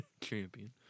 champion